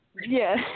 Yes